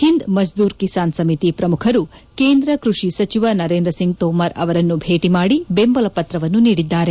ಹಿಂದ್ ಮಜ್ವೂರ್ ಕಿಸಾನ್ ಸಮಿತಿ ಪ್ರಮುಖರು ಕೇಂದ್ರ ಕೃಷಿ ಸಚಿವ ನರೇಂದ್ರ ಸಿಂಗ್ ತೋಮರ್ ಅವರನ್ನು ಭೇಟಿ ಮಾಡಿ ಬೆಂಬಲ ಪತ್ರವನ್ನು ನೀಡಿದ್ದಾರೆ